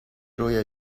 رویا